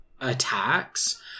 attacks